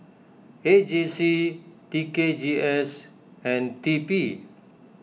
A J C T K G S and T P